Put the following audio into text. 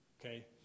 okay